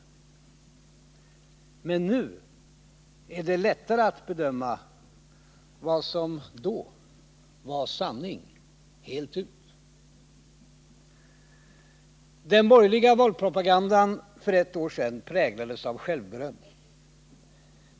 Men nu är det lättare att bedöma vad som då var sanning helt ut. Den borgerliga valpropagandan för ett år sedan präglades av självberöm.